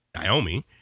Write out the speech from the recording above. Naomi